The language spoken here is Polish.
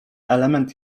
element